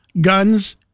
guns